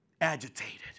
agitated